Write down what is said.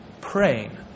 praying